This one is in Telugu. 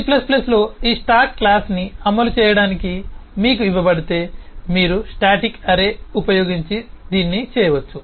C లో ఈ స్టాక్ క్లాస్ని అమలు చేయడానికి మీకు ఇవ్వబడితే మీరు స్టాటిక్ అర్రే ఉపయోగించి దీన్ని చేయవచ్చు